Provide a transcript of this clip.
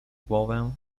głowę